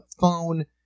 phone